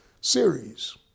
series